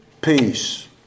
peace